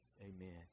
Amen